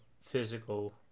physical